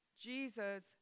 Jesus